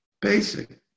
basic